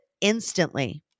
instantly